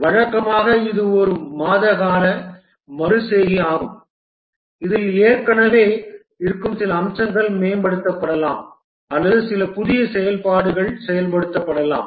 வழக்கமாக இது ஒரு மாத கால மறு செய்கை ஆகும் இதில் ஏற்கனவே இருக்கும் சில அம்சங்கள் மேம்படுத்தப்படலாம் அல்லது சில புதிய செயல்பாடுகள் செயல்படுத்தப்படலாம்